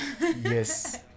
yes